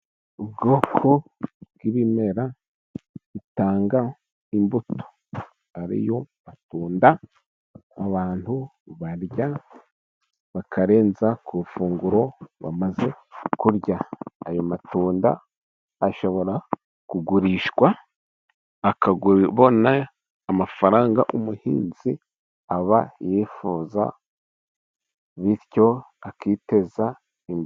Ubwoko bw'ibimera bitanga imbuto, ariyo matunda abantu barya bakarenza ku ifunguro bamaze kurya, ayo matunda ashobora kugurishwa , hakavamo amafaranga umuhinzi aba yifuza, bityo akiteza imbere.